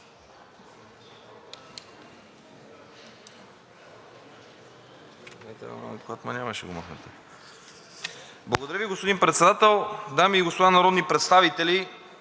Благодаря, господин Председател. Дами и господа народни представители,